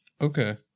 Okay